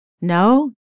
No